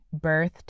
birthed